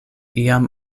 iam